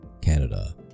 Canada